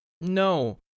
no